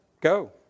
go